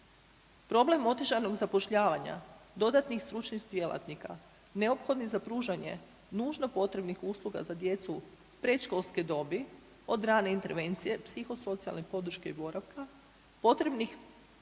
Problem otežanog zapošljavanja dodatnih stručnih djelatnika neophodnih za pružanje nužno potrebnih usluga za djecu predškolske dobi od razne intervencije psihosocijalne podrške i boravka potrebnih